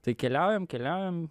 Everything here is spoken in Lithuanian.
tai keliaujam keliaujam